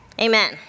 Amen